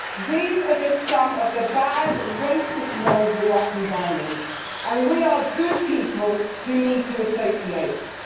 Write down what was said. these are just some of the bad, racism men who are combining and we are good people who need to associate.